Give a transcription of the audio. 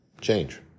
change